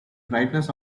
brightness